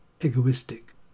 egoistic